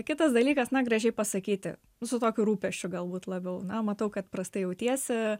kitas dalykas na gražiai pasakyti su tokiu rūpesčiu galbūt labiau na matau kad prastai jautiesi